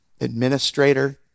administrator